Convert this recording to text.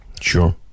sure